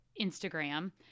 Instagram